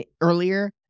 earlier